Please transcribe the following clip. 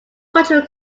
cultural